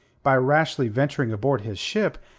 by rashly venturing aboard his ship,